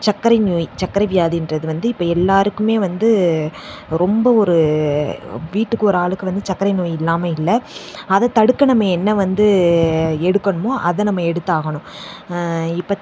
சர்க்கரை நோய் சர்க்கரை வியாதிகிறது வந்து இப்போது எல்லாேருக்குமே வந்து ரொம்ப ஒரு வீட்டுக்கு ஒரு ஆளுக்கு வந்து சர்க்கரை நோய் இல்லாமல் இல்லை அதை தடுக்க நம்ம என்ன வந்து எடுக்கணுமோ அதை நம்ம எடுத்தாகணும் இப்போ